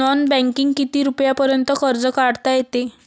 Non बँकिंगनं किती रुपयापर्यंत कर्ज काढता येते?